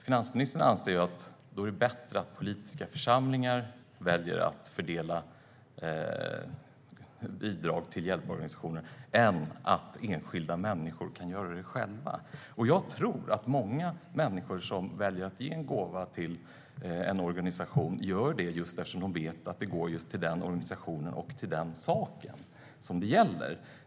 Finansministern anser att det är bättre att politiska församlingar väljer att fördela bidrag till hjälporganisationer än att enskilda människor kan göra det själva. Jag tror att väldigt många människor som väljer att ge en gåva till en organisation gör det eftersom de vet att det går till just den organisationen och till den sak det gäller.